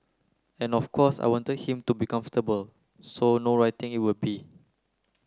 and of course I wanted him to be comfortable so no writing it would be